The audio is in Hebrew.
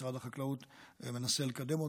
משרד החקלאות מנסה לקדם אותו.